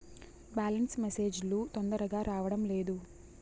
Balance message లు తొందరగా రావడం లేదు?